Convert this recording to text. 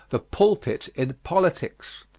the pulpit in politics.